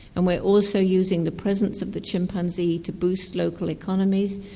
and we're also using the presence of the chimpanzee to boost local economies,